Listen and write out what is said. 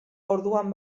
orduan